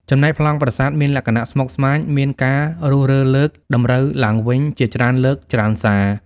ចំណែកប្លង់ប្រាសាទមានលក្ខណៈស្មុកស្មាញ មានការរុះរើលើក តម្រូវឡើងវិញជាច្រើនលើកច្រើនសា ។